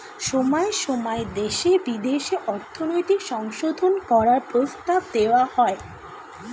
সময়ে সময়ে দেশে বিদেশে অর্থনৈতিক সংশোধন করার প্রস্তাব দেওয়া হয়